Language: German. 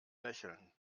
lächeln